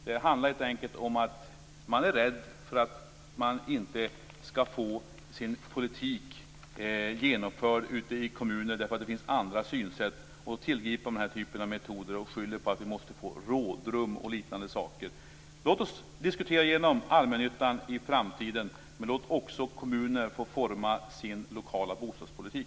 Det handlar helt enkelt om att man är rädd för att man inte skall få sin politik genomförd ute i kommunerna, därför att det finns andra synsätt och andra metoder att tillgripa. Man skyller på att man måste få rådrum och liknande saker. Låt oss diskutera igenom allmännyttan i framtiden, men låt också kommunerna få forma sin lokala bostadspolitik!